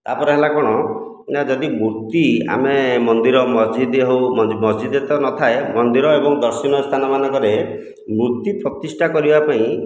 ତା'ପରେ ହେଲା କ'ଣ ନା ଯଦି ମୂର୍ତ୍ତି ଆମେ ମନ୍ଦିର ମସଜିଦ ହେଉ ମସଜିଦରେ ତ ନଥାଏ ମନ୍ଦିର ଏବଂ ଦର୍ଶନୀୟ ସ୍ଥାନମାନଙ୍କରେ ମୂର୍ତ୍ତି ପ୍ରତିଷ୍ଠା କରିବା ପାଇଁ